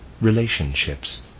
relationships